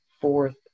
fourth